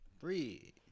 Three